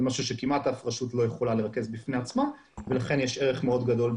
זה משהו שכמעט אף רשות לא יכולה לרכז בפני עצמה ולכן יש ערך מאוד גדול,